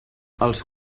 els